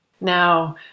Now